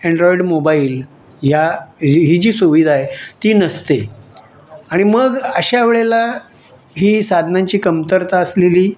Android mobile या ही जी सुविधा आहे ती नसते आणि मग अशा वेळेला ही साधनांची कमतरता असलेली